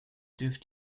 dürft